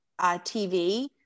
TV